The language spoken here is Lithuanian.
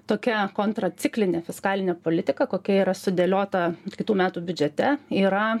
tokia kontra ciklinė fiskalinė politika kokia yra sudėliota kitų metų biudžete yra